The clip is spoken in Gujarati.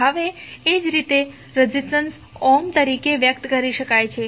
હવે એ જ રીતે રેઝિસ્ટન્સ ઓહ્મ તરીકે વ્યક્ત કરી શકાય છે